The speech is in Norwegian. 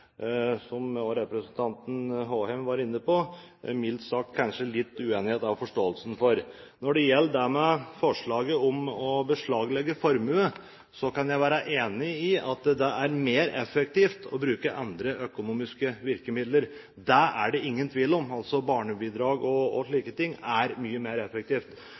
mildt sagt kanskje er litt uenighet om forståelsen. Når det gjelder forslaget om å beslaglegge formue, kan jeg være enig i at det er mer effektivt å bruke andre økonomiske virkemidler – det er det ingen tvil om – barnebidrag o.l. er mye mer effektivt. Det sies også at gjeldende bestemmelser i straffeprosessloven ikke er